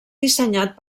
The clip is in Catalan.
dissenyat